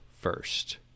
first